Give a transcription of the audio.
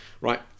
Right